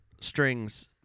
strings